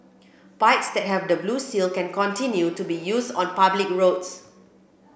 bikes that have the blue seal can continue to be used on public roads